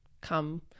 come